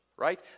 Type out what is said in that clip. Right